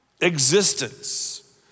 existence